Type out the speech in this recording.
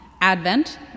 Advent